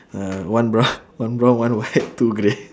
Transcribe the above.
uh one brown one brown one white two grey